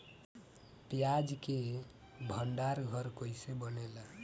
प्याज के भंडार घर कईसे बनेला?